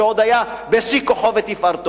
כשעוד היה בשיא כוחו ותפארתו.